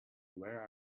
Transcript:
where